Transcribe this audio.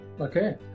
Okay